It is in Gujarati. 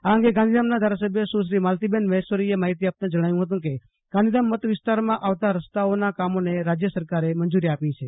આ અંગે ગાંધીધામના ધારાસભ્ય સુશ્રી માલતીબેન મહેશ્વરીએ માહિતી આપતા જણાવ્યું હતું કે ગાંધીધામ મત વિસ્તારમાં આવતાં રસ્તાઓના કામોને રાજ્ય સરકારે મંજૂરી આપી છે